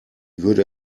würde